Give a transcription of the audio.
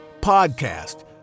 podcast